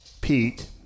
Pete